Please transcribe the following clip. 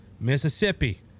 Mississippi